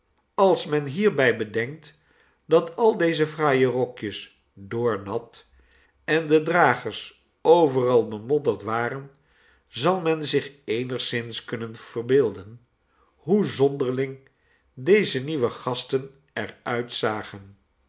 als men hierbij bedenkt dat al deze fraaie rokjes doornat en de dragers overal bemodderd waren zal men zich eenigszins kunnen verbeelden hoe zonderling deze nieuwe gasten er uitzagen